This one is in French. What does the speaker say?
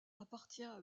appartient